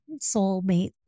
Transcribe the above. soulmate